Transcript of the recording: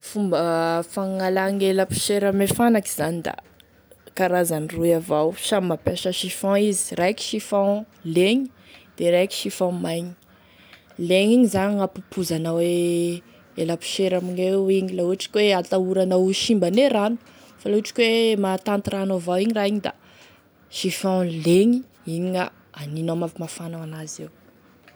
Fomba fagnalagne laposiera ame fanaky zany da karazany roy avao, samy mampiasa chiffon izy, raiky chiffon legny da e raiky chiffon maigny, legny igny zany hagnampopozanao e laposiera amigneo igny la ohatry ka hoe atahoranao ho simbane rano, fa la ohatry ka hoe mahatanty rano avao igny raha igny da chiffon legny igny gna aninao amafamafagao an'azy eo.